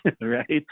Right